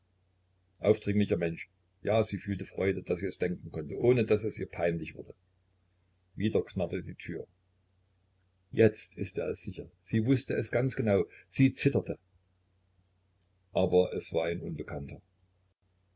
aufdringlicher mensch ja sie fühlte freude daß sie es denken konnte ohne daß es ihr peinlich wurde wieder knarrte die tür jetzt ist er es sicher sie wußte es ganz genau sie zitterte aber es war ein unbekannter